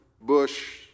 Bush